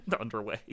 underway